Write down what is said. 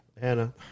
Hannah